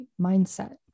mindset